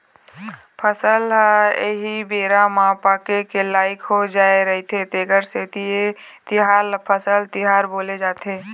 फसल ह एही बेरा म पाके के लइक हो जाय रहिथे तेखरे सेती ए तिहार ल फसल तिहार बोले जाथे